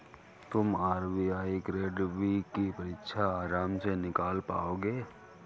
तुम RBI grade B की परीक्षा आराम से निकाल पाओगे